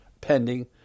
pending